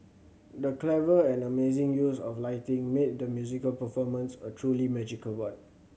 the clever and amazing use of lighting made the musical performance a truly magical one